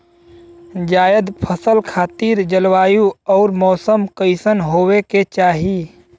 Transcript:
जायद फसल खातिर जलवायु अउर मौसम कइसन होवे के चाही?